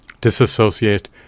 disassociate